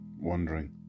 wondering